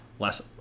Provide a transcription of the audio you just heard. less